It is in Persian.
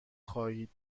خواهید